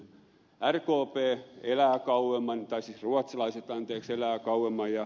rkp elää kauemmin tai siis ruotsalaiset anteeksi elävät kauemmin